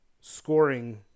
Scoring